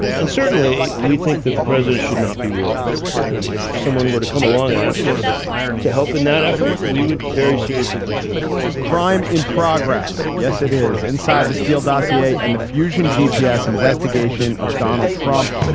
and certainly we think that the president should not be reelected. and if someone were to come along and ask us to help in that effort, we would very seriously consider that crime in progress yes, it is inside the steele dossier and the fusion g. investigation of donald trump,